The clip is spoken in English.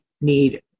need